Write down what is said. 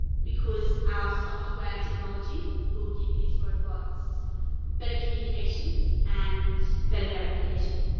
because our software technology will give these robots better communication and better verification.